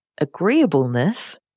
agreeableness